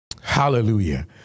Hallelujah